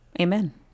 Amen